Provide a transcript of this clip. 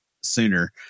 sooner